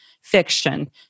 fiction